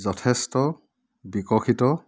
যথেষ্ট বিকশিত